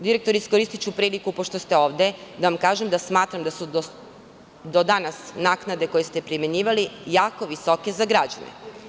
Direktore, iskoristiću priliku, pošto ste ovde, da vam kažem da smatram da su do danas naknade koje ste primenjivali jako visoke za građane.